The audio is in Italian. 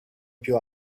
più